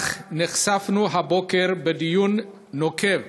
נחשפנו לכך הבוקר בדיון נוקב